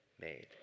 made